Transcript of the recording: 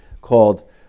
called